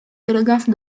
d’élégance